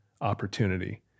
opportunity